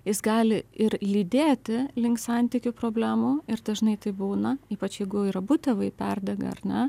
jis gali ir lydėti link santykių problemų ir dažnai taip būna ypač jeigu ir abu tėvai perdega ar ne